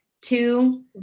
Two